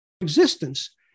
Existence